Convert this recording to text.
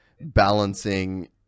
balancing